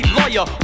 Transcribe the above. lawyer